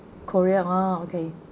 korea ah okay